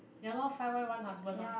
ya lor five wife one husband lor